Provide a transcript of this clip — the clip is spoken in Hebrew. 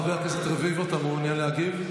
חבר הכנסת רביבי, אתה מעוניין להגיב?